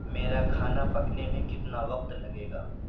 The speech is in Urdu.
میرا کھانا پکنے میں کتنا وقت لگے گا